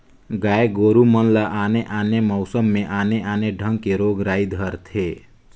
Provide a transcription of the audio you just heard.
गाय गोरु मन ल आने आने मउसम में आने आने ढंग के रोग राई धरथे